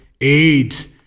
aids